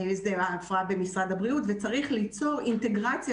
זה הפרעה במשרד הבריאות וצריך ליצור אינטגרציה